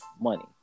money